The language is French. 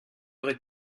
heure